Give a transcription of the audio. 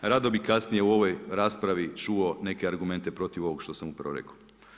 Rado bih kasnije u ovoj raspravi čuo neke argumente protiv ovog što sam upravo rekao.